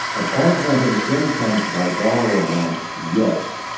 of augmenting incomes by dollar amounts, yes,